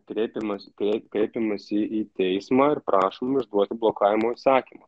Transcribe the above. kreipiamas tei kreipiamasi į teismą ir prašom išduoti blokavimo įsakymą